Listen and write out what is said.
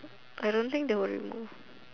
I don't think they will remove